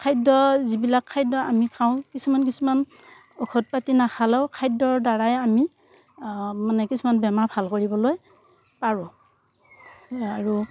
খাদ্য যিবিলাক খাদ্য আমি খাওঁ কিছুমান কিছুমান ঔষধ পাতি নাখালেও খাদ্যৰ দ্বাৰাই আমি মানে কিছুমান বেমাৰ ভাল কৰিবলৈ পাৰোঁ আৰু